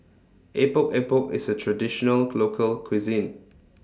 Epok Epok IS A Traditional Local Cuisine